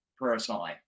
personally